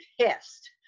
pissed